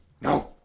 no